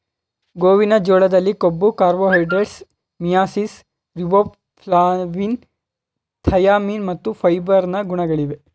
ಗೋವಿನ ಜೋಳದಲ್ಲಿ ಕೊಬ್ಬು, ಕಾರ್ಬೋಹೈಡ್ರೇಟ್ಸ್, ಮಿಯಾಸಿಸ್, ರಿಬೋಫ್ಲಾವಿನ್, ಥಯಾಮಿನ್ ಮತ್ತು ಫೈಬರ್ ನ ಗುಣಗಳಿವೆ